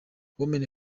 women